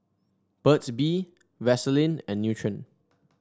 Burt's Bee Vaselin and Nutren